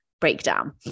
breakdown